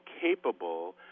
capable